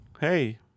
hey